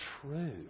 true